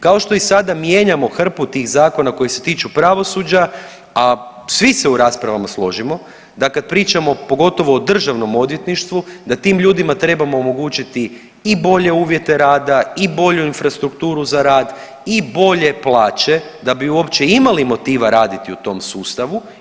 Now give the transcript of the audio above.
Kao što i sada mijenjamo hrpu tih zakona koji se tiču pravosuđa, a svi se u raspravama složimo da kad pričamo pogotovo o Državnom odvjetništvu da tim ljudima trebamo omogućiti i bolje uvjete rada i bolju infrastrukturu za rad i bolje plaće da bi uopće imali motiva raditi u tom sustavu.